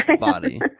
body